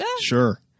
Sure